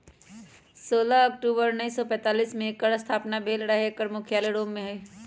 सोलह अक्टूबर उनइस सौ पैतालीस में एकर स्थापना भेल रहै एकर मुख्यालय रोम में हइ